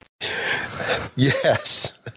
Yes